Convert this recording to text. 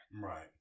Right